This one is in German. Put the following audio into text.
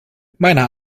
meiner